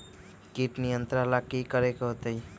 किट नियंत्रण ला कि करे के होतइ?